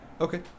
Okay